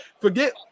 Forget